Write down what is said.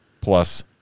Plus